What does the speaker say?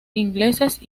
ingleses